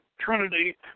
Trinity